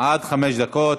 עד חמש דקות.